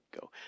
go